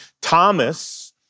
Thomas